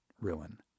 ruin